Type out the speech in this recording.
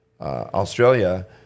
Australia